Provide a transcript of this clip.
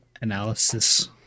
analysis